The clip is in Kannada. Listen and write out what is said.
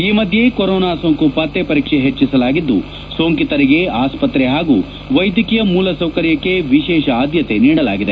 ಈ ಮಧ್ಯೆ ಕೊರೊನಾ ಸೋಂಕು ಪತ್ತೆ ಪರೀಕ್ಷೆ ಹೆಚ್ಚಿಸಲಾಗಿದ್ದು ಸೋಂಕಿತರಿಗೆ ಆಸ್ಪತ್ರೆ ಹಾಗೂ ವೈದ್ಯಕೀಯ ಮೂಲ ಸೌಕರ್ಯಕ್ಕೆ ಎಶೇಷ ಆದ್ಯತೆ ನೀಡಲಾಗಿದೆ